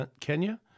Kenya